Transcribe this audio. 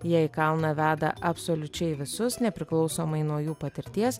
jie į kalną veda absoliučiai visus nepriklausomai nuo jų patirties